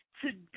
Today